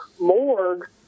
morgue